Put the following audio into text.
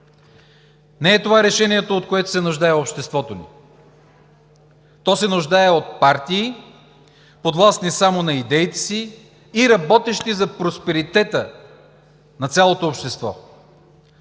Не е това решението, от което се нуждае обществото ни. То се нуждае от партии, подвластни само на идеите си и работещи за просперитета на цялото общество.